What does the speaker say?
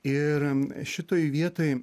ir šitoje vietoj